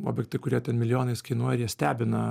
objektai kurie ten milijonais kainuoja jie stebina